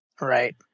Right